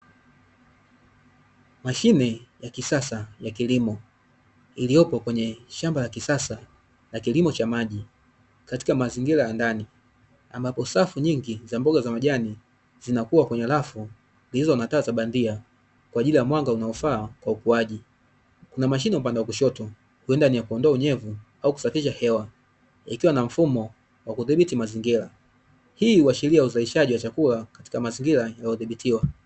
Mashine ya kisasa ya kilimo iliyopo kwenye shamba la kisasa la kilimo cha maji katika mazingira ya ndani, ambapo safu nyingi za mboga za majani zinakuwa kwenye rafu zilizo na taa za bandia kwa ajili ya mwanga unaofaa kwa ukuaji. Kuna mashine upande wa kushoto huenda ni ya kuondoa unyevu au kusafisha hewa ikiwa na mfumo wa kudhibiti mazingira. Hii huashiria uzalishaji wa chakula katika mazingira yaliyodhibitiwa.